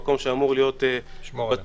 מקום שאמור להיות בטוח,